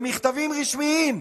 בציבור הישראלי,